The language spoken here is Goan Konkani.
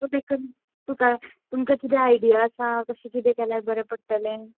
तुका तुमकां कितें आयडिया आसा कशें कितें केल्यार बऱ्या पडटलें